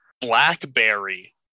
blackberry